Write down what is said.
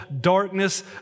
darkness